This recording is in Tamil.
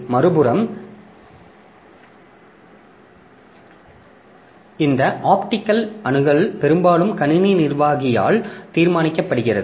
மறுபுறம் இந்த ஆப்டிக்கில் அணுகல் பெரும்பாலும் கணினி நிர்வாகியால் தீர்மானிக்கப்படுகிறது